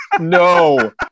no